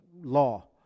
law